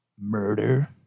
murder